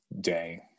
day